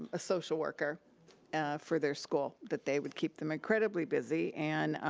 um a social worker for their school. that they would keep them incredibly busy and